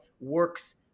works